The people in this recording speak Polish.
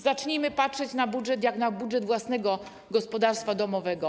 Zacznijmy patrzeć na budżet państwa jak na budżet własnego gospodarstwa domowego.